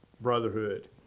brotherhood